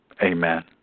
amen